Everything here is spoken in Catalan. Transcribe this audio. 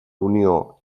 unió